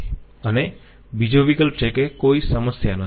અને બીજો વિકલ્પ છે કે કોઈ સમસ્યા નથી